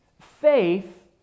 Faith